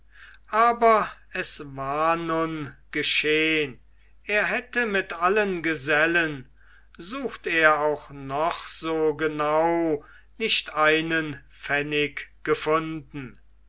aber es war nun geschehn er hätte mit allen gesellen sucht er auch noch so genau nicht einen pfennig gefunden